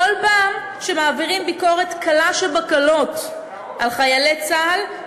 בכל פעם שמעבירים ביקורת קלה שבקלות על חיילי צה"ל,